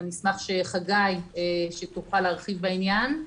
ואני אשמח אם חגי יוכל להרחיב בעניין.